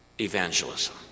evangelism